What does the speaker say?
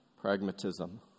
pragmatism